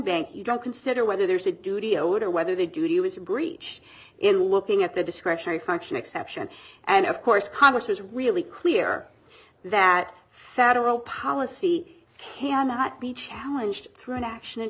bank you don't consider whether there's a duty owed or whether they do to you is a breach in looking at the discretionary function exception and of course congress is really clear that federal policy cannot be challenged through an action